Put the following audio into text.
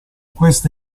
questo